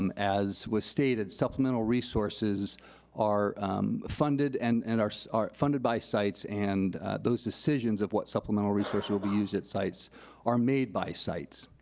and as was stated, supplemental resources are funded and and are are funded by sites, and those decisions of what supplemental resource will be used at sites are made by sites.